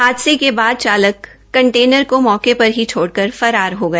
हादसे के बाद चालक कंटेनर को मौके पर ही छोड़कर फरार हो गया